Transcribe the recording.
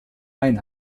main